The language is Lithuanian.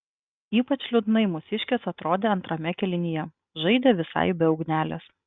ypač liūdnai mūsiškės atrodė antrame kėlinyje žaidė visai be ugnelės